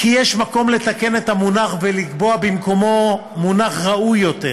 יש מקום לתקן את המונח ולקבוע במקומו מונח ראוי יותר.